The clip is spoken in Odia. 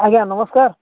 ଆଜ୍ଞା ନମସ୍କାର